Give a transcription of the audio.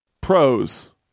Pros